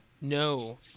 No